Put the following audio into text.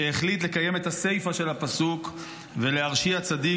שהחליט לקיים את הסיפה של הפסוק ולהרשיע צדיק,